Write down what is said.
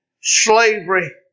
slavery